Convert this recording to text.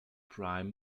prime